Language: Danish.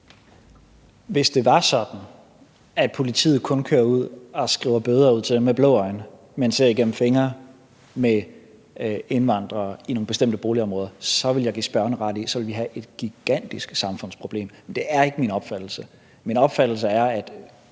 Hvis det var sådan, at politiet kun kører ud og skriver bøder ud til dem med blå øjne, men ser igennem fingre med indvandrere i nogle bestemte boligområder, så ville jeg give spørgeren ret i, at vi ville have et gigantisk samfundsproblem, men det er ikke min opfattelse. Min opfattelse er, at